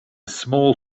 small